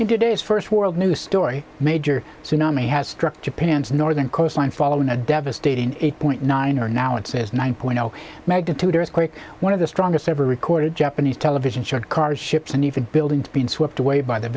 in today's first world news story major tsunami has struck japan's northern coastline following a devastating eight point nine or now it says nine point zero magnitude earthquake one of the strongest ever recorded japanese television showed cars ships and buildings being swept away by the